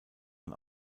man